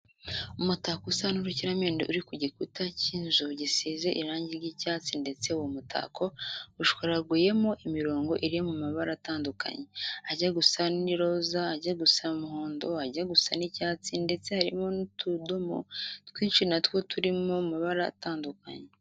Umutako usa n'urukiramende uri ku gikuta cy'inzu gisize irange ry'icyatsi ndetse uwo mutako ushwaraguyemo imirongo iri mu mabara atandukanye; ajya gusa n'iroza, ajya gusa umuhondo, ajya gusa n'icyatsi ndetse harimo n'utudomo twinshi natwo turi mu mabara atandukanye.